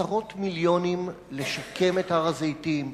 עשרות מיליונים לשקם את הר-הזיתים,